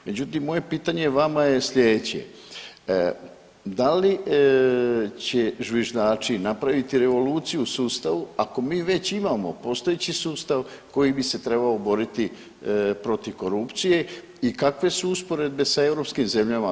Međutim moje pitanje vama je sljedeće, da li će zviždači napraviti revoluciju u sustavu ako mi već imamo postojeći sustav koji bi se trebao boriti protiv korupcije i kakve su usporedbe sa europskim zemljama?